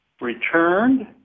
returned